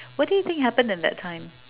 what do you think happened in that time